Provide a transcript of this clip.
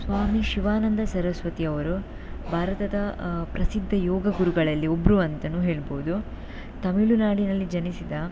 ಸ್ವಾಮಿ ಶಿವಾನಂದ ಸರಸ್ವತಿಯವರು ಭಾರತದ ಪ್ರಸಿದ್ಧ ಯೋಗ ಗುರುಗಳಲ್ಲಿ ಒಬ್ಬರು ಅಂತನೂ ಹೇಳ್ಬೌದು ತಮಿಳುನಾಡಿನಲ್ಲಿ ಜನಿಸಿದ